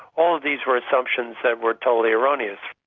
all of these were assumptions that were totally erroneous.